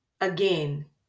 Again